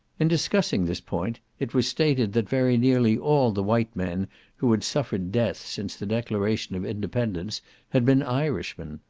in discussing this point, it was stated that very nearly all the white men who had suffered death since the declaration of independence had been irishmen.